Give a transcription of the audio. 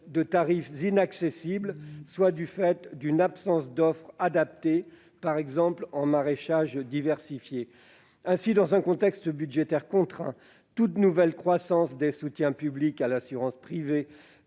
de tarifs inaccessibles, soit en raison de l'absence d'offres adaptées, par exemple en maraîchage diversifié. Ainsi, dans un contexte budgétaire contraint, toute nouvelle croissance des soutiens publics à l'assurance privée